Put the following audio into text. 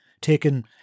taken